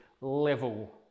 level